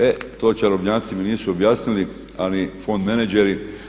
E to čarobnjaci mi nisu objasnili, a ni fond menadžeri.